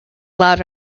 loud